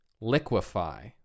Liquefy